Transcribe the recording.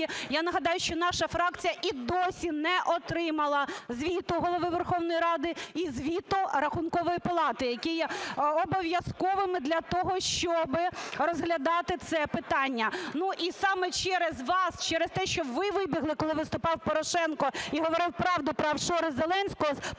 Я нагадаю, що наша фракція і досі не отримала звіту Голови Верховної Ради і звіту Рахункової палати, які є обов'язковими для того, щоби розглядати це питання. І саме через вас, через те, що ви вибігли, коли виступав Порошенко і говорив правду про офшори Зеленського з Погоджувальної,